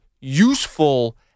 useful